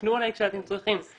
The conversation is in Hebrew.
תפנו אלי כשאתם צריכים?